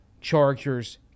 Chargers